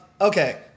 Okay